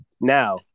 Now